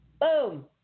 boom